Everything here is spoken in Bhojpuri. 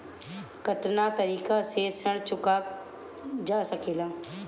कातना तरीके से ऋण चुका जा सेकला?